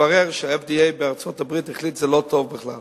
התברר שה-FDA בארצות-הברית החליט שזה לא טוב בכלל